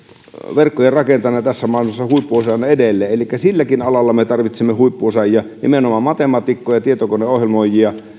verkkojen rakentajana tässä maailmassa huippuosaajana edelleen elikkä silläkin alalla me tarvitsemme huippuosaajia nimenomaan matemaatikkoja ja tietokoneohjelmoijia